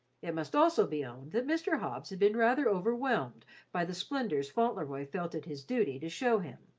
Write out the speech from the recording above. it must also be owned that mr. hobbs had been rather overwhelmed by the splendours fauntleroy felt it his duty to show him.